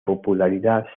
popularidad